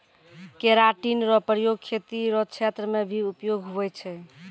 keratin रो प्रयोग खेती रो क्षेत्र मे भी उपयोग हुवै छै